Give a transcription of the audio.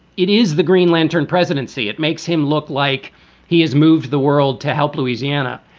it is the green lantern presidency. it makes him look like he has moved the world to help louisiana.